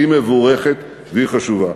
היא מבורכת והיא חשובה.